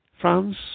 France